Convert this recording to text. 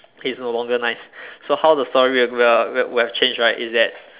he's no longer nice so how the story will will will would have changed right is that